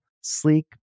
sleek